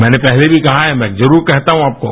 मैंने पहले भी कहा है मैं जरुर कहता हूँ आपको